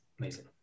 Amazing